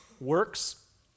works